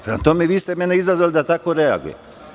Prema tome, vi ste mene izazvali da tako reagujem.